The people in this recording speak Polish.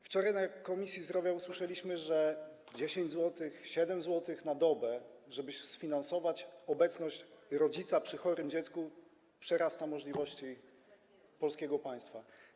Wczoraj na posiedzeniu Komisji Zdrowia usłyszeliśmy, że 10 zł, 7 zł na dobę, żeby sfinansować obecność rodzica przy chorym dziecku, przerasta możliwości polskiego państwa.